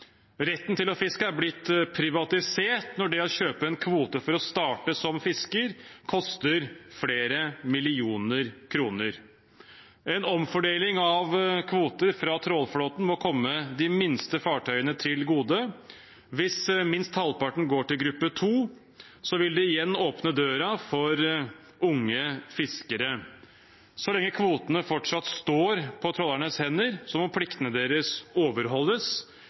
Retten til å fiske er blitt privatisert når det å kjøpe en kvote for å starte som fisker koster flere millioner kroner. En omfordeling av kvoter fra trålerflåten må komme de minste fartøyene til gode. Hvis minst halvparten går til gruppe II, vil det igjen åpne døren for unge fiskere. Så lenge kvotene fortsatt står på trålernes hender, må pliktene deres overholdes,